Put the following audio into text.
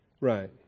Right